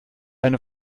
eine